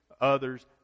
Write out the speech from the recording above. others